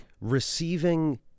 Receiving